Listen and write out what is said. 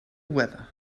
weather